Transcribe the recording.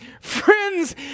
Friends